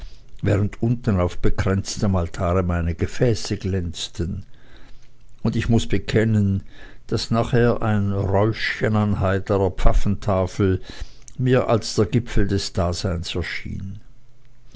während unten auf bekränztem altare meine gefäße glänzten und ich muß bekennen daß nachher ein räuschchen an heiterer pfaffentafel mir als der gipfel des daseins erschien